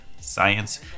science